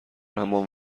همان